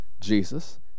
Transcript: Jesus